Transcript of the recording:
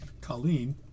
Colleen